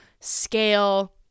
scale